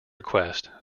request